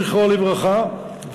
זכרו לברכה,